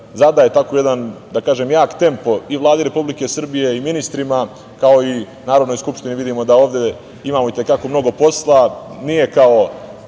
zadaje, da tako kažem, jedan jak tempo i Vladi Republike Srbije i ministrima, kao i Narodnoj skupštini. Vidimo da ovde imamo i te kako mnogo posla. Nije kao